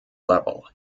level